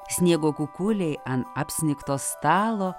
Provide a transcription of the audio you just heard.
sniego kukuliai ant apsnigto stalo